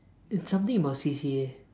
it's something about C_C_A